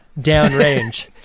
downrange